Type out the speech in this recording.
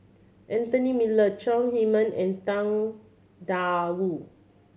Anthony Miller Chong Heman and Tang Da Wu